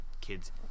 kids